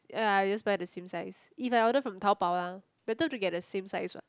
ya I would just buy the same size if I order from Taobao lah better to get the same size what